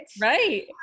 Right